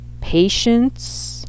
Patience